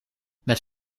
met